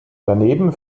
daneben